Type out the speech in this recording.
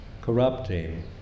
corrupting